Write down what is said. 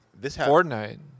Fortnite